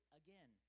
again